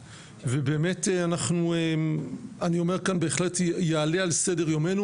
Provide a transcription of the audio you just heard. ובאמת אני אומר כאן בהחלט יעלה על סדר יומנו,